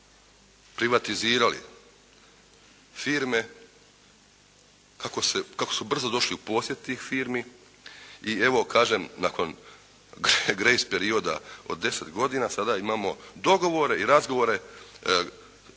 privatizirali firme kako se, kako su brzo došli u posjed tih firmi. I evo kažem nakon «grace» perioda od 10 godina sada imamo dogovore i razgovore